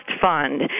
fund